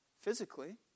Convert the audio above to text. physically